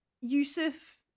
Yusuf